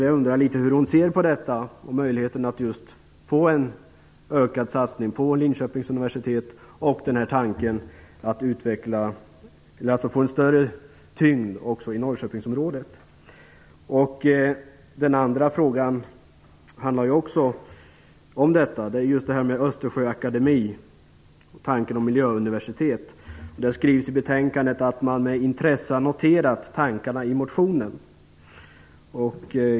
Jag undrar hur hon ser på möjligheten att få en ökad satsning på Linköpings universitet och på tanken om en större tyngd också i Norrköpingsområdet. Min andra fråga handlar också om detta med östersjöakademi och tanken på ett miljöuniversitet. Det skrivs i betänkandet att man med intresse har noterat tankarna i motionen.